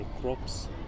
crops